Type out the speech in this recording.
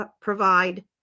provide